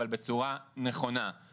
אבל בצורה נכונה,